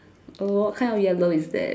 oh what kind of yellow is that